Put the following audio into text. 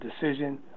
decision